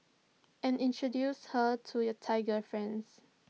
and introduce her to your Thai girlfriends